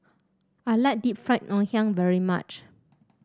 I like Deep Fried Ngoh Hiang very much